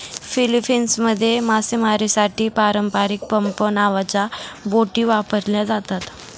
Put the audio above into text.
फिलीपिन्समध्ये मासेमारीसाठी पारंपारिक पंप नावाच्या बोटी वापरल्या जातात